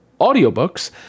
audiobooks